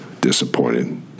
disappointed